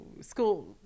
school